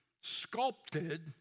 sculpted